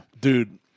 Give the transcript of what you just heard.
Dude